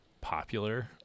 popular